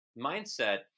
mindset